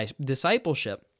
discipleship